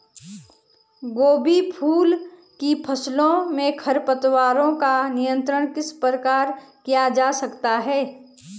गोभी फूल की फसलों में खरपतवारों का नियंत्रण किस प्रकार किया जा सकता है?